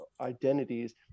identities